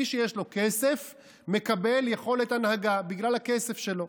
מי שיש לו כסף, מקבל יכולת הנהגה בגלל הכסף שלו.